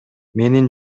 менин